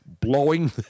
blowing